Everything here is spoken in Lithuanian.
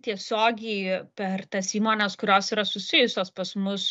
tiesiogiai per tas įmones kurios yra susijusios pas mus